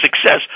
success